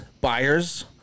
buyers